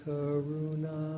Karuna